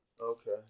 Okay